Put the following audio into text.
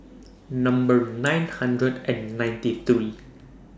Number nine hundred and ninety three